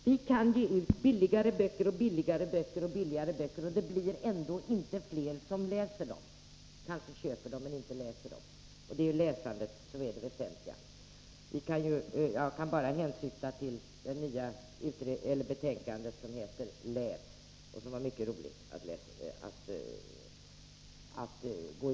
Vi kan ge ut böcker billigare och billigare, och det blir ändå inte flera som läser dem — kanske flera som köper dem men inte läser dem. Och det är läsandet som är det väsentliga. Jag kan bara hänvisa till det nya betänkandet Läs, som det var mycket roligt att ta del av.